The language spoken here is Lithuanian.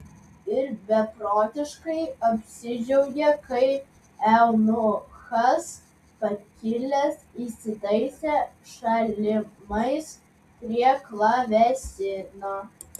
ir beprotiškai apsidžiaugė kai eunuchas pakilęs įsitaisė šalimais prie klavesino